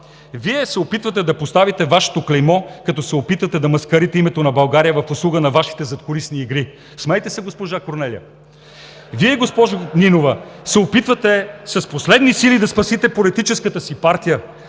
Вие се опитвате да поставите Вашето клеймо, като се опитвате да маскарите името на България в услуга на Вашите задкулисни игри. Смейте се, госпожо Корнелия! (Оживление.) Нинова! Вие, госпожо Нинова, се опитвате с последни сили да спасите политическата си партия